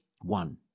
one